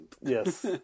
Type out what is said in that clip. Yes